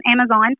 Amazon